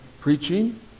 preaching